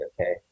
okay